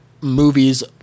movies